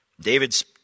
David's